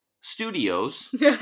Studios